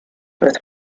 with